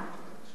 אימצה,